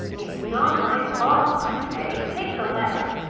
it's not my fault, i say. take the letter.